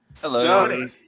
Hello